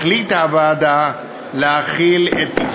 החליטה הוועדה להחיל את התיקון,